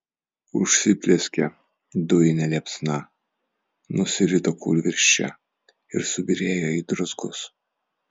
užsiplieskė dujine liepsna nusirito kūlvirsčia ir subyrėjo į druzgus